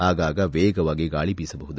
ಆಗಾಗ ವೇಗವಾಗಿ ಗಾಳಿ ಬೀಸಬಹುದು